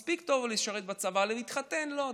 כלומר אתה מספיק טוב לשרת בצבא, להתחתן, לא.